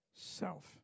self